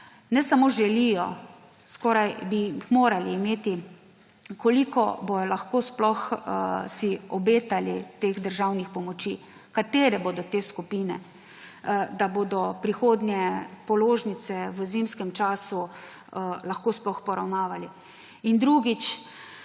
ne samo želijo, skoraj bi jih morali imeti, koliko bojo lahko sploh si obetali teh državnih pomoči, katere bodo te skupine, da bodo v prihodnje položnice v zimskem času lahko sploh poravnavali. In drugič,